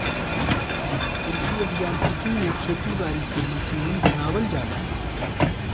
कृषि अभियांत्रिकी में खेती बारी के मशीन बनावल जाला